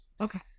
Okay